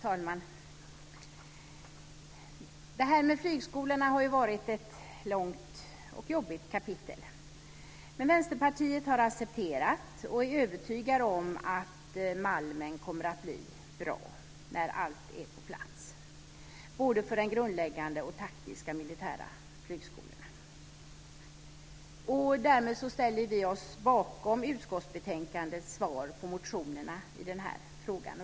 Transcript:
Fru talman! Frågan om flygskolorna har varit ett långt och jobbigt kapitel. Men Vänsterpartiet har accepterat och är övertygat om att Malmen kommer att bli bra när allt är på plats, både de grundläggande och taktiska militära flygskolorna. Därmed ställer vi oss bakom utskottsbetänkandets svar på motionerna i frågan.